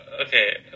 okay